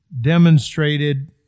demonstrated